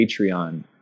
Patreon